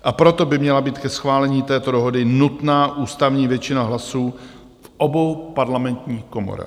A proto by měla být ke schválení této dohody nutná ústavní většina hlasů v obou parlamentních komorách.